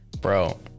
Bro